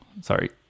sorry